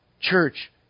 Church